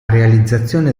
realizzazione